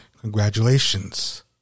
Congratulations